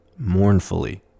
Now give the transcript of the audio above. mournfully